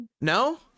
no